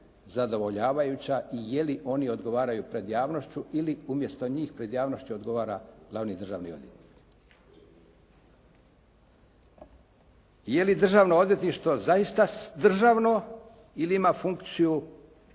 zadovoljavajuća i je li oni odgovaraju pred javnošću ili umjesto njih pred javnošću odgovara glavni državni odvjetnik? Je li Državno odvjetništvo zaista državno ili ima funkciju